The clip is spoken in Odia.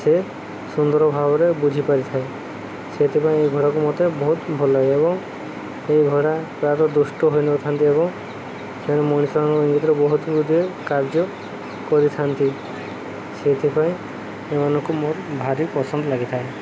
ସେ ସୁନ୍ଦର ଭାବରେ ବୁଝିପାରି ଥାଏ ସେଥିପାଇଁ ଏଇ ଘୋଡ଼ାକୁ ମୋତେ ବହୁତ ଭଲ ଲାଗେ ଏବଂ ଏଇ ଘୋଡ଼ା ପ୍ରାୟତଃ ଦୁଷ୍ଟ ହୋଇନଥାନ୍ତି ଏବଂ ସେମାନେ ମଣିଷମାନଙ୍କ ଭିତରେ ବହୁତ ଗୁଡ଼ିଏ କାର୍ଯ୍ୟ କରିଥାନ୍ତି ସେଇଥିପାଇଁ ଏମାନଙ୍କୁ ମୋର ଭାରି ପସନ୍ଦ ଲାଗିଥାଏ